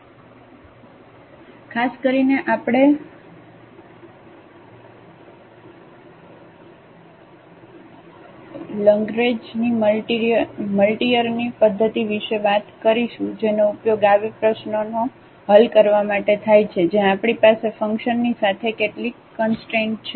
તેથી ખાસ કરીને આપણે લગ્રેંજની મલ્ટીયરની પદ્ધતિ વિશે વાત કરીશું જેનો ઉપયોગ આવી પ્રશ્નોઓ હલ કરવા માટે થાય છે જ્યાં આપણી પાસે ફંકશનની સાથે કેટલીક Constraint છે